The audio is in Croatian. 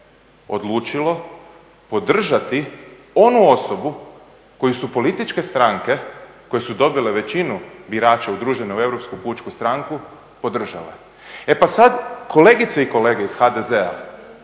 odlučilo podržati onu osobu koju su političke stranke koje su dobile većinu birača udružene u Europsku pučku stranku podržale. E pa sada, kolegice i kolege iz HDZ-a,